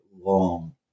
long